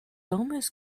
almost